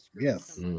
Yes